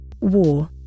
War